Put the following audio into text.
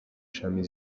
shami